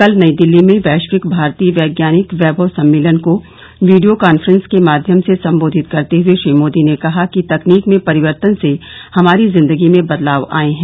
कल नई दिल्ली में वैश्विक भारतीय वैज्ञानिक वैभव सम्मेलन को वीडियो कांफ्रेंस के माध्यम से संबोधित करते हुए श्री नरेंद्र मोदी ने कहा कि तकनीक में परिवर्तन से हमारी जिंदगी में बदलाव आए हैं